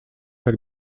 tak